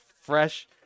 fresh